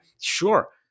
Sure